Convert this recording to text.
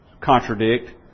contradict